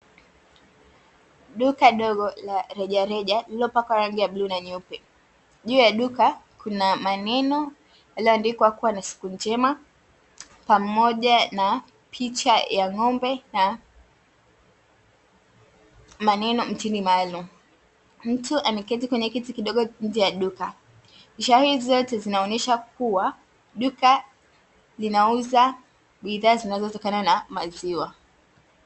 Duka dogo la reje reja lililopakwa rangi ya bluu na nyepe, juu ya duka kuna maneno yaliyoandikwa kuwa ni siku njema, pamoja na picha ya ng’ombe na maneno chini maalumu. Mtu ameketi kwenye kiti kidogo nje ya duka, ishara hizi zote zinaonyesha kuwa duka linauza bidhaa zinazotokana na maziwa.